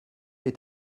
est